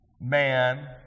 man